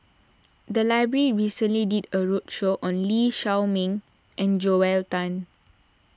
the library recently did a roadshow on Lee Shao Meng and Joel Tan